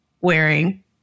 wearing